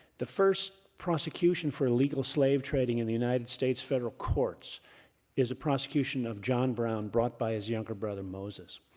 the first prosecution for illegal slave trading in the united states federal courts is a prosecution of john brown brought by his younger brother moses.